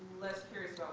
less curious